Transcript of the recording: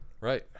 Right